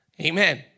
Amen